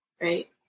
right